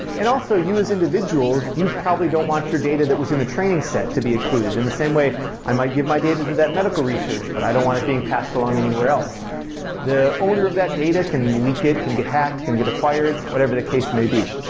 and also you as individuals, you probably don't want your data that was in the training set to be included, in the same way i might give my data to that medical research, but i don't want it being passed along anywhere else the owner of that data can leak it, can get hacked, can get acquired, whatever the case may be.